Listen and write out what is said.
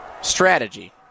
strategy